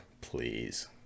please